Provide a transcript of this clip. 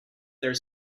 their